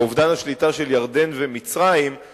לאובדן השליטה של ירדן ומצרים,